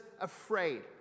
afraid